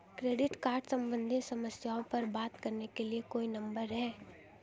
Credit card सम्बंधित समस्याओं पर बात करने के लिए कोई नंबर है?